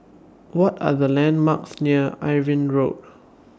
What Are The landmarks near Irving Road